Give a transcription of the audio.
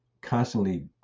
constantly